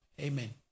Amen